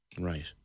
Right